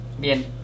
bien